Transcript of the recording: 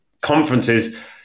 conferences